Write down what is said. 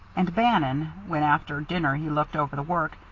and bannon, when after dinner he looked over the work,